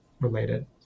related